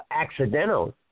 accidental